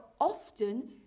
often